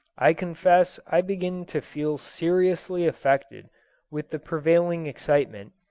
i confess i begin to feel seriously affected with the prevailing excitement,